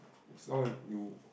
it's all you